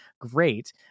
great